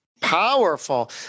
powerful